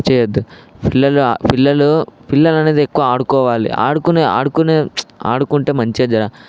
చేయద్దు పిల్లలు పిల్లలు పిల్లలనేది ఎక్కువ ఆడుకోవాలి ఆడుకునే అడుకునే ఆడుకుంటే చాలా మంచిది జర